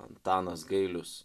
antanas gailius